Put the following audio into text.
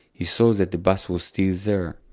he saw that the bus was still there,